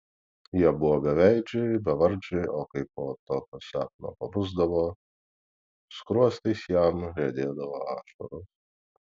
jie buvo beveidžiai bevardžiai o kai po tokio sapno pabusdavo skruostais jam riedėdavo ašaros